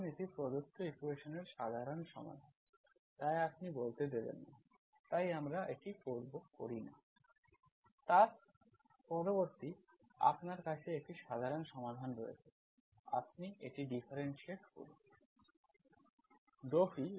ধরুন এটি প্রদত্ত ইকুয়েশন্সের সাধারণ সমাধান তাই আপনি বলতে দেবেন না তাই আমরা এটি করি না তার পরিবর্তে আপনার কাছে একটি সাধারণ সমাধান রয়েছে আপনি এটি ডিফারেন্শিয়েট করুন ∂φ∂C0